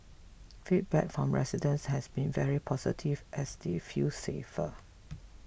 feedback from residents has been very positive as they feel safer